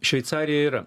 šveicarija yra